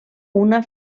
una